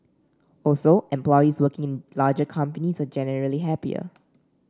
also employees working in larger companies are generally happier